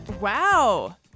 Wow